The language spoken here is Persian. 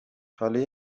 حالا